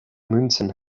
münzen